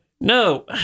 No